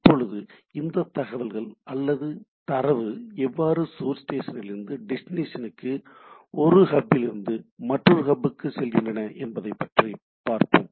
இப்போது இந்த தகவல்கள் அல்லது தரவு எவ்வாறு சோர்ஸ் ஸ்டேஷனிலிருந்து டெஸ்டினேஷன் க்கு ஒரு ஹாப்பில் இருந்து மற்றொரு ஹாப்புக்கு செல்கின்றன என்பதை பற்றி பார்ப்போம்